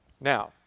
Now